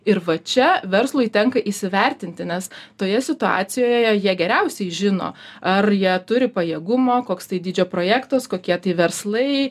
ir va čia verslui tenka įsivertinti nes toje situacijoje jie geriausiai žino ar jie turi pajėgumo koks tai dydžio projektas kokie tai verslai